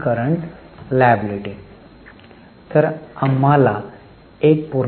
तर आम्हाला 1